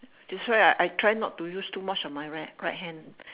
that's why I try not to use too much of my right my right hand